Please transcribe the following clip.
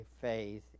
faith